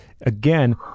again